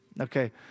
Okay